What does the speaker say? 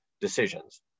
decisions